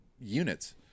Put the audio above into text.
units